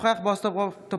אינו נוכח בועז טופורובסקי,